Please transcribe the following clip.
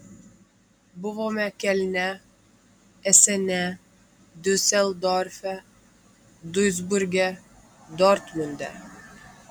buvome kelne esene diuseldorfe duisburge dortmunde